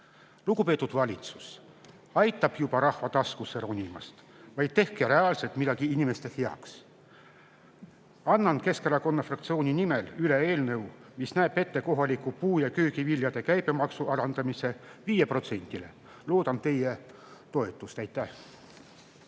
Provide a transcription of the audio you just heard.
Lugupeetud valitsus, aitab juba rahva taskusse ronimisest! Tehke reaalselt midagi inimeste heaks. Annan Keskerakonna fraktsiooni nimel üle eelnõu, mis näeb ette kohalike puu‑ ja köögiviljade käibemaksu alandamise 5%‑le. Loodan teie toetusele. Aitäh!